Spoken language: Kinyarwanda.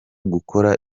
gukora